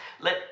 Let